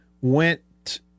went